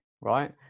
right